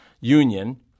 union